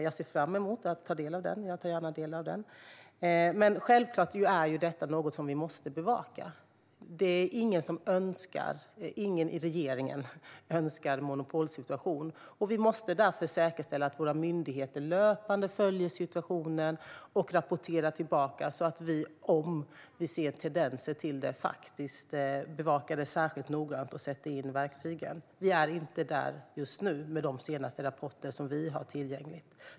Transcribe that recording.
Jag ser fram emot att ta del av den. Men självklart är detta något vi måste bevaka. Det är ingen i regeringen som önskar en monopolsituation. Vi måste därför säkerställa att våra myndigheter löpande följer situationen och rapporterar tillbaka så att vi, om vi ser tendenser till detta, bevakar det särskilt noggrant och sätter in verktyg. Vi är inte där just nu, enligt de senaste rapporter som vi har tillgång till.